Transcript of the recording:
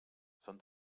són